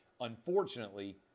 Unfortunately